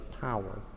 power